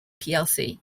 plc